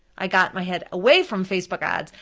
i got my head away from facebook ads,